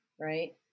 right